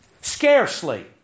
Scarcely